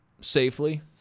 safely